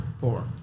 Four